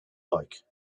like